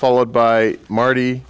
followed by marty